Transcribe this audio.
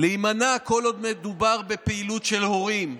להימנע כל עוד מדובר בפעילות של הורים.